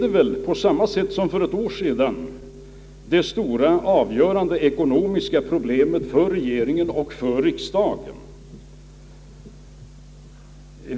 Detta är ju, på samma sätt som för ett år sedan, det stora och avgörande ekonomiska problemet för regeringen och riksdagen.